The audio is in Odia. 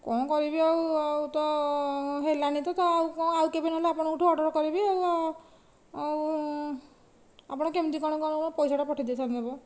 କ'ଣ କରିବି ଆଉ ଆଉ ତ ହେଲାନି ତ ଆଉ ଆଉ କେବେନହେଲେ ଆପଣଙ୍କ ଠୁ ଅର୍ଡ଼ର କରିବି ଆଉ ଆଉ ଆପଣ କେମିତି କ'ଣ କରିକି ପଇସା ଟା ପଠାଇ ଦେଇଥାନ୍ତେ ମ